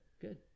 Good